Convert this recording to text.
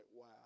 wow